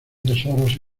tesoros